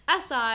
si